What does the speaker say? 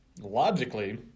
logically